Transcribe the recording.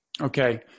Okay